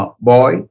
boy